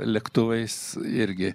lėktuvais irgi